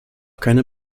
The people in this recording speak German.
keine